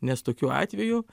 nes tokiu atveju